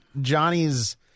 Johnny's